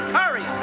hurry